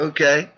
Okay